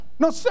No